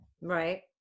Right